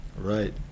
Right